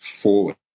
forward